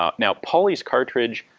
ah now pauly's cartridge,